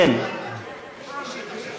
איזו ועדה?